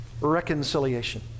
Reconciliation